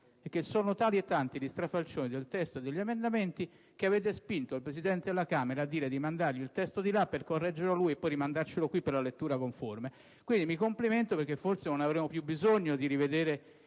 infatti tali e tanti gli strafalcioni nel testo e negli emendamenti a spingere il Presidente della Camera a dire di mandargli il testo per farglielo correggere e poi rimandarlo qui per la lettura conforme. Mi complimento, perché forse non avremo più bisogno di rivedere